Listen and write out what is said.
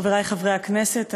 חברי חברי הכנסת,